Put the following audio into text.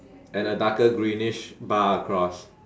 and a darker greenish bar across